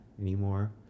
anymore